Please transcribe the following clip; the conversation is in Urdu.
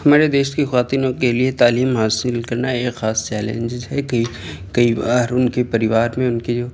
ہمارے دیش کی خواتینوں کے لیے تعلیم حاصل کرنا ایک خاص چیلنجز ہے کہ کئی بار ان کے پریوار میں ان کے جو